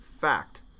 fact